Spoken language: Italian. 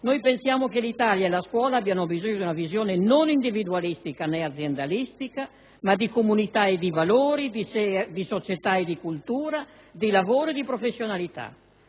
Pensiamo che l'Italia e la scuola abbiano bisogno di una visione che non sia né individualistica, né aziendalistica, ma di comunità e di valori, di società e di cultura, di lavoro e di professionalità.